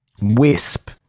WISP